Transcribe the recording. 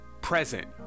present